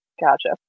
gotcha